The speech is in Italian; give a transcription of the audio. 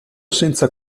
senza